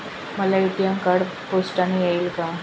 मला ATM card पोस्टाने येईल का?